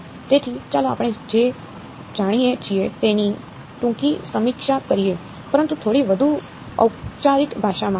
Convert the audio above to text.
તેથી ચાલો આપણે જે જાણીએ છીએ તેની ટૂંકી સમીક્ષા કરીએ પરંતુ થોડી વધુ ઔપચારિક ભાષામાં